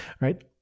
right